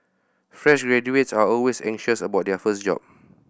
fresh graduates are always anxious about their first job